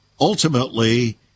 ultimately